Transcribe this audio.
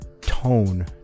tone